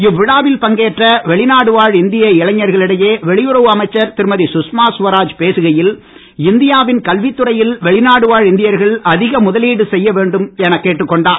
இவ்விழாவில் பங்கேற்ற வெளிநாடு வாழ் இந்திய இளைஞர்களிடையே வெளியுறவு அமைச்சர் திருமதி சுஷ்மா சுவராஜ் பேசுகையில் இந்தியாவின் கல்வித் துறையில் வெளிநாடு வாழ் இந்தியர்கள் அதிக முதலீடு செய்ய வேண்டும் என்று கேட்டுக் கொண்டார்